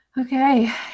okay